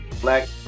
black